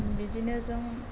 बिदिनो जों